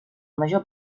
major